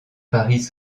paris